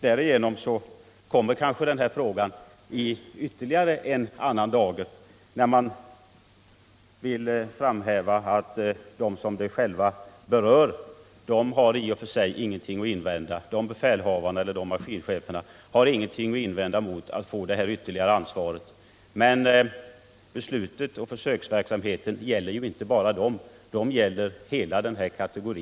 Därigenom kommer kanske frågan i en annan dager, när man vill framhäva att den som det berör i och för sig inte har någonting att invända. De befälhavarna eller maskincheferna har ingenting att invända mot att få det ytterligare ansvaret. Men beslutet och försöksverksamheten gäller ju inte bara dem — det gäller hela denna yrkeskategori.